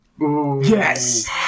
Yes